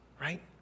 right